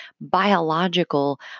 biological